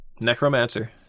necromancer